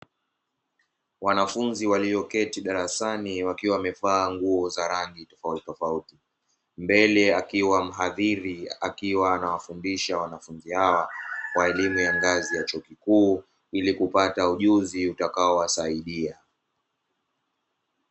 Wanafunzi walioketi darasani wakiwa wamevaa nguo za rangi tofauti tofauti mbele akiwa mhadhiri, akiwa anawafundisha wanafunzi hawa wa elimu ya ngazi ya chuo kikuu hili kupata ujuzi utakao wasaidia.